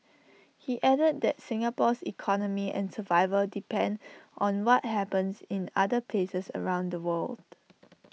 he added that Singapore's economy and survival depend on what happens in other places around the world